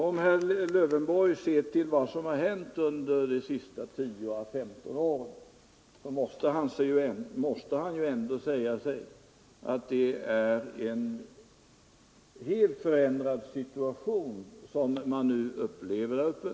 Om herr Lövenborg ser till vad som hänt under de senaste 10 å 15 åren, måste han ändå säga sig att det är en helt förändrad situation som man nu upplever där uppe.